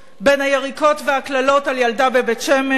בין היריקות והקללות על ילדה בבית-שמש,